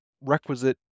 requisite